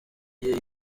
iyo